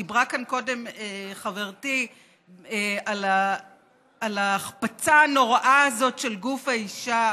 דיברה כאן קודם חברתי על ההחפצה הנוראה הזאת של גוף האישה